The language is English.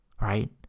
right